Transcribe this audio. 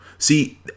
See